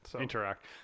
interact